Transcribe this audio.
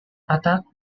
attacked